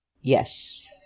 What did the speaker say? Yes